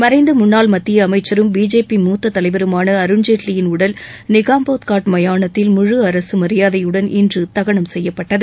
மறைந்த முன்னாள் மத்திய அமைச்சரும் பிஜேபி மூத்த தலைவருமான அருண் ஜெட்லியின் உடல் நிகாம்போத் காட் மயாணத்தில் முழு அரசு மரியாதையுடன் இன்று தகனம் செய்யப்பட்டது